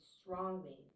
strongly